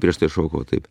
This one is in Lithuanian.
prieš tai šokau taip